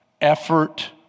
effort